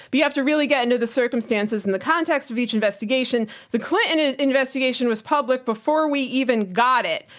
but you have to really get into the circumstances and the context of each investigation. the clinton investigation was public before we even got it.